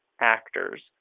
actors